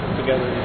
together